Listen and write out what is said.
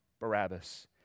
Barabbas